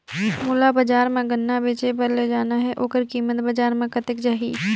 मोला बजार मां गन्ना बेचे बार ले जाना हे ओकर कीमत बजार मां कतेक जाही?